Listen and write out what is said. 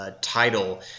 title